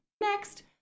next